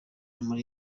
muri